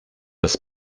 das